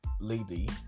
lady